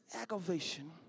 aggravation